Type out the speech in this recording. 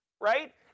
right